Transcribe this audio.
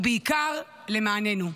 בעיקר למעננו.